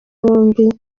bombi